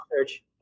search